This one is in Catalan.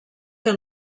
que